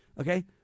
Okay